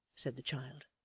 said the child.